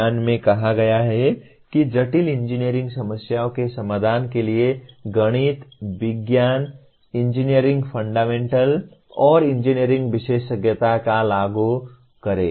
बयान में कहा गया है कि जटिल इंजीनियरिंग समस्याओं के समाधान के लिए गणित विज्ञान इंजीनियरिंग फंडामेंटल और इंजीनियरिंग विशेषज्ञता का ज्ञान लागू करें